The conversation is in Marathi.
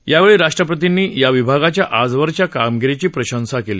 यावेळी राष्ट्रपतींनी या विभागाच्या आजवरच्या कामगिरीची प्रशंसा केली